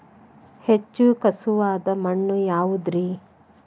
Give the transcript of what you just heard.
ಹೆಚ್ಚು ಖಸುವಾದ ಮಣ್ಣು ಯಾವುದು ರಿ?